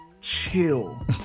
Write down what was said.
chill